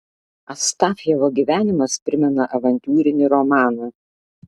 astafjevo gyvenimas primena avantiūrinį romaną